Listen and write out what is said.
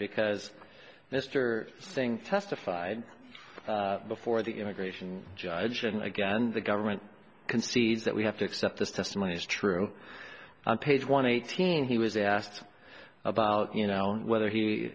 because mr singh testified before the immigration judge and again the government concedes that we have to accept this testimony is true on page one hundred eighteen he was asked about you know whether he